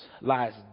lies